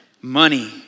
money